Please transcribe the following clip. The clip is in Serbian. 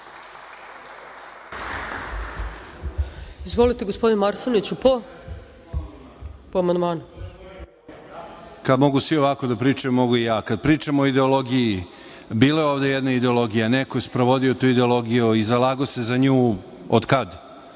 Izvolite, gospodine Marseniću, po amandmanu. **Predrag Marsenić** Kada mogu svi ovako da pričaju, mogu i ja. Kada pričamo o ideologiji, bila je ovde jedna ideologija, neko je sprovodio tu ideologiju i zalagao se za nju. Otkad?